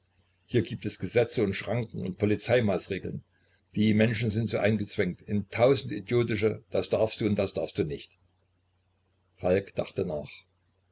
hier gibt es gesetze und schranken und polizeimaßregeln die menschen sind so eingezwängt in tausend idiotische das darfst du und das darfst du nicht falk dachte nach